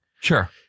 Sure